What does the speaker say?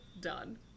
done